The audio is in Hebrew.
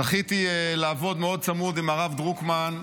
זכיתי לעבוד צמוד מאוד עם הרב דרוקמן,